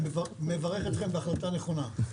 אני מברך אתכם בהחלטה נכונה.